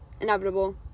inevitable